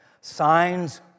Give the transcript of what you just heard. signs